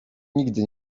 nigdy